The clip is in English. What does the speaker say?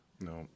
No